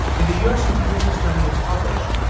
in the years since bruce's study was published,